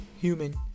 human